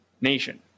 nation